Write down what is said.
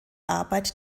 arbeit